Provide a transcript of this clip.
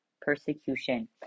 persecution